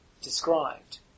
described